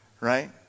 right